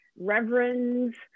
reverends